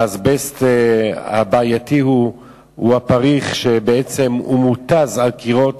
האזבסט הבעייתי הוא הפריך, שהוא מותז על קירות